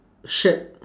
shirt